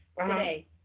today